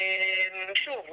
שוב,